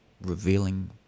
revealing